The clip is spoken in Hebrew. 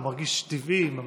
הוא מרגיש טבעי עם המסכה.